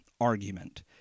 argument